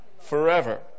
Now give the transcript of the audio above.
forever